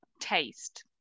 taste